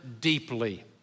deeply